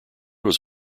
was